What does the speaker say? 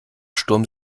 sturm